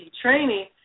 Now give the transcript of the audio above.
Training